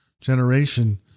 generation